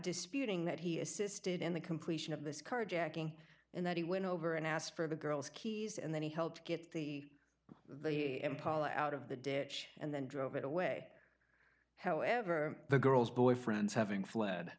disputing that he assisted in the completion of this carjacking and that he went over and asked for the girls keys and then he helped get the the he and paul out of the ditch and then drove it away however the girl's boyfriends having fled